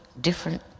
different